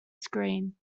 screen